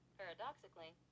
paradoxically